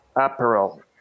apparel